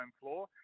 floor